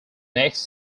next